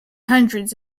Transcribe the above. hundreds